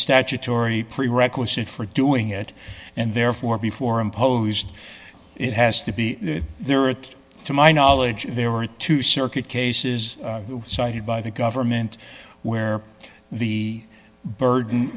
statutory prerequisite for doing it and therefore before imposed it has to be there or to my knowledge there were two circuit cases cited by the government where the burden